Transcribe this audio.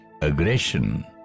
aggression